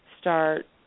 start